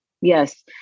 Yes